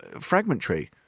fragmentary